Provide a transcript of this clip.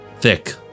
thick